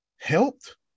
helped